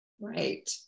right